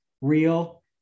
real